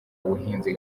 ubuhinzi